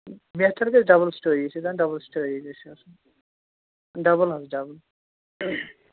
بہتر گَژھِ double story أسۍ ٲسۍ دپان ڈَبُل سٹوریی گَژھِ آسٕنۍ ڈَبُل حظ ڈبُل